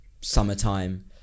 summertime